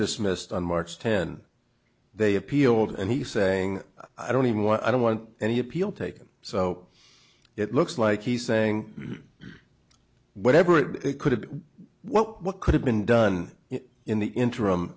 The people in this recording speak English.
dismissed on march ten they appealed and he's saying i don't even want i don't want any appeal taken so it looks like he's saying whatever it could have been what could have been done in the interim